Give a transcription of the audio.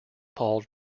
paul